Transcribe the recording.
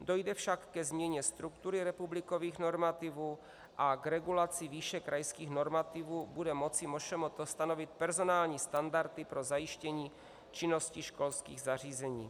Dojde však ke změně struktury republikových normativů a k regulaci výše krajských normativů bude moci MŠMT stanovit personální standardy pro zajištění činnosti školských zařízení.